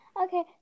Okay